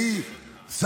גם בקדנציה הקודמת,